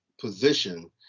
position